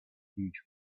huge